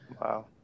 Wow